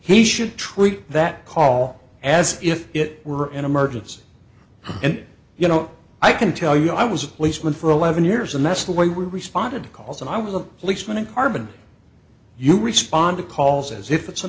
he should treat that call as if it were an emergency and you know i can tell you i was a policeman for eleven years and that's the way we responded to calls and i was a policeman in carbon you respond to calls as if it's an